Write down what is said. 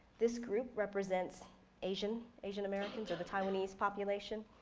this group represents asian asian americans or the taiwanese population.